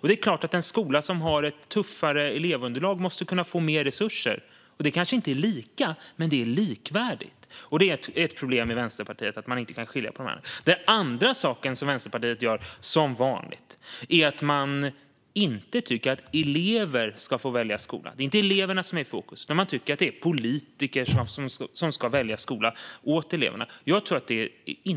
Det är klart att en skola som har ett tuffare elevunderlag måste kunna få mer resurser. Det är kanske inte lika, men det är likvärdigt. Det är ett problem att Vänsterpartiet inte kan skilja på detta. Det andra som Vänsterpartiet gör, som vanligt, är att de inte tycker att elever ska få välja skola. Det är inte eleverna som är i fokus, utan de tycker att det är politiker som ska välja skola åt eleverna. Jag tror inte